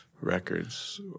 records